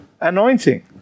Anointing